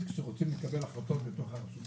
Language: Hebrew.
כשרוצים לקבל החלטות בתוך שטחי הרשות,